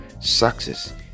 success